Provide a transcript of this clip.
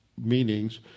meanings